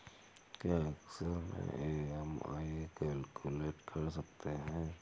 क्या एक्सेल में EMI calculate कर सकते हैं?